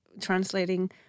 translating